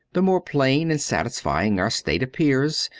the more plain and satisfying our state appears,